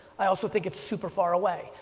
i also think it's super far away.